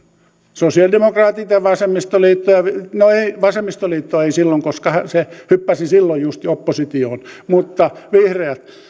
sosialidemokraatit ja ja vasemmistoliitto no vasemmistoliitto ei silloin koska se hyppäsi silloin just oppositioon mutta sosialidemokraatit ja vihreät